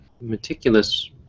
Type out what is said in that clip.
meticulous